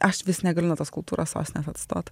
aš vis negaliu nuo tos kultūros sostinės atstot